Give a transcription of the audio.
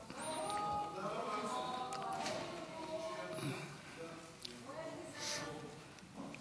ההצעה להעביר את הצעת חוק שיווי זכויות